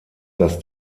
das